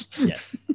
Yes